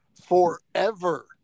forever